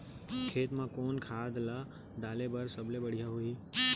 खेत म कोन खाद ला डाले बर सबले बढ़िया होही?